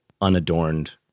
unadorned